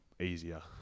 easier